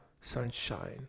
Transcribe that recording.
sunshine